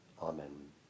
Amen